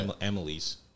Emily's